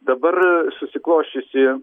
dabar susiklosčiusi